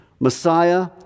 Messiah